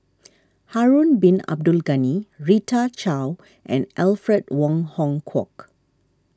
Harun Bin Abdul Ghani Rita Chao and Alfred Wong Hong Kwok